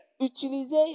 utiliser